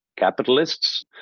capitalists